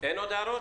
אין עוד הערות?